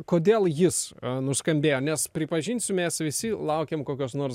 kodėl jis nuskambėjo nes pripažinsiu mes visi laukėm kokios nors